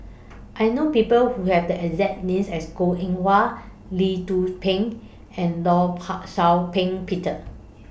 I know People Who Have The exact name as Goh Eng Wah Lee Tzu Pheng and law Paw Shau Ping Peter